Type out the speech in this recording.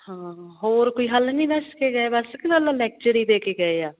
ਹਾਂ ਹੋਰ ਕੋਈ ਹੱਲ ਨਹੀਂ ਦੱਸ ਕੇ ਗਏ ਬਸ ਕਿ ਇਕੱਲਾ ਲੈਕਚਰ ਹੀ ਦੇ ਕੇ ਗਏ ਆ